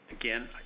Again